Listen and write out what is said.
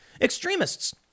extremists